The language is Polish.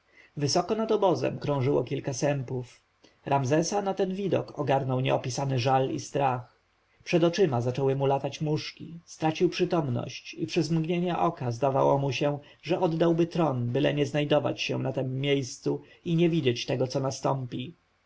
wysoko nad obozem krążyło kilka sępów ramzesa na ten widok ogarnął nieopisany żal i strach przed oczyma zaczęły mu latać muszki stracił przytomność i przez mgnienie oka zdawało mu się że oddałby tron byle nie znajdować się w tem miejscu i nie widzieć tego co nastąpi